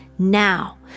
Now